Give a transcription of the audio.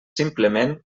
simplement